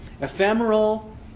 ephemeral